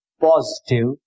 positive